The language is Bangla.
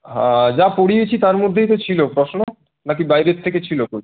হ্যাঁ যা পড়িয়েছি তার মধ্যেই তো ছিল প্রশ্ন নাকি বাইরের থেকে ছিল